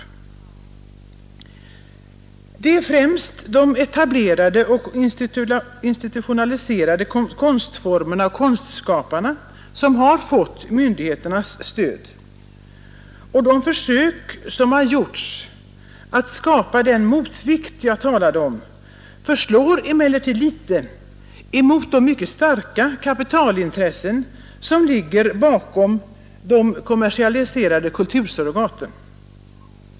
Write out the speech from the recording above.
Det är främst de etablerade och institutionaliserade konstformerna och konstskaparna som har fått myndigheternas stöd. De försök som har gjorts att skapa den motvikt jag talade om, förslår emellertid litet mot de starka kapitalintressen som ligger bakom de kommersialiserade kultur surrogaten.